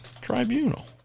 tribunal